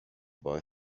boy